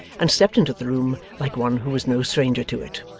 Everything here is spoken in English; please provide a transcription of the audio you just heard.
and stepped into the room like one who was no stranger to it.